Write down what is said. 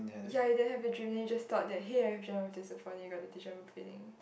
ya you don't have the dream you just thought that hey I've dreamt of this before then you got the deja vu feeling